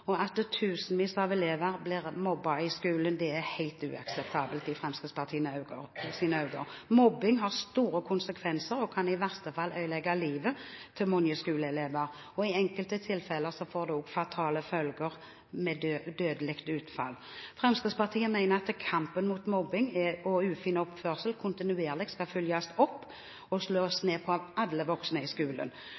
for et trygt og godt læringsmiljø i skolen? Jeg vil takke for spørsmålet. At tusenvis av elever blir mobbet i skolen, er helt uakseptabelt i Fremskrittspartiets øyne. Mobbing har store konsekvenser og kan i verste fall ødelegge livet til mange skoleelever. I enkelte tilfeller får det også fatale følger, med dødelig utfall. Fremskrittspartiet mener at mobbing og ufin oppførsel kontinuerlig skal følges opp og slås